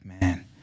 man